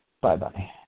Bye-bye